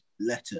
letter